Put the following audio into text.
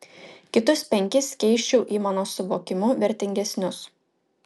kitus penkis keisčiau į mano suvokimu vertingesnius